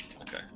Okay